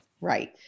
Right